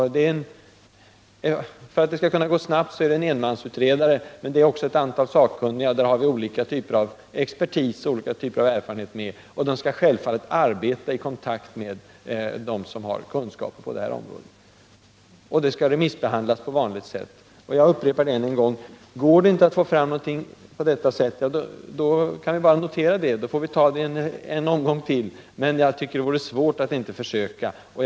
För att utredningen skall kunna genomföras snabbt, skall den göras av en enmansutredare, men denne har ett antal sakkunniga till hjälp, och olika typer av expertis och erfarenheter är representerade bland dem som skall bistå utredaren i hans arbete. Utredningen skall självfallet arbeta i kontakt med dem som har kunskaper på området. Resultatet av utredningen skall sedan remissbehandlas på vanligt sätt. Jag upprepar att vi, om det inte går att komma fram på denna väg, får notera det och gripa oss an frågan på nytt. Jag tycker dock att det vore fel att inte göra försöket nu.